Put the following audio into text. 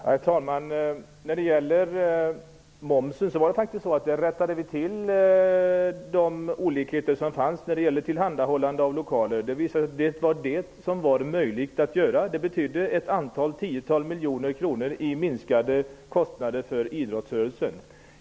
Herr talman! När det gäller momsen var det så att vi rättade till de olikheter som fanns i fråga om tillhandahållande av lokaler. Det var det som var möjligt att göra. Det betydde ett antal tiotal miljoner kronor i minskade kostnader för idrottsrörelsen.